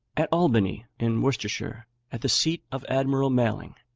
at albany in worcestershire, at the seat of admiral maling,